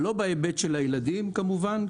לאורך הרבה שנים קיבלנו סדר גודל של 500 שעות,